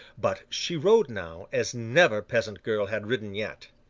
but she rode now, as never peasant girl had ridden yet.